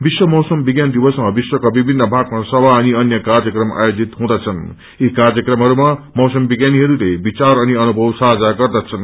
विश्व मौसम विज्ञान दिवसमा विश्वका विभिन्न भागमा समा अनि अन्य कार्यक्रमहरूमा मौसम विज्ञानीहयले विचार अनि अनुभव साझा गर्दछन्